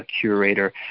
curator